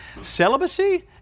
celibacy